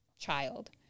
child